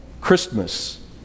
Christmas